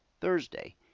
Thursday